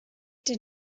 did